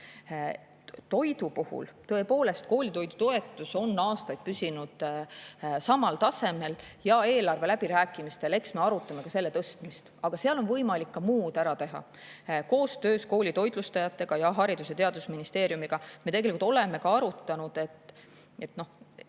toimub. Tõepoolest, koolitoidu toetus on aastaid püsinud samal tasemel ja eks me eelarve läbirääkimistel arutame ka selle tõstmist. Aga seal on võimalik ka muud ära teha. Koostöös koolitoitlustajatega ja Haridus‑ ja Teadusministeeriumiga me oleme ka arutanud, et on